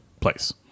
place